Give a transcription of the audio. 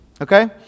Okay